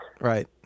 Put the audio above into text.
right